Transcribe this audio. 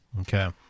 Okay